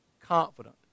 confident